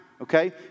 okay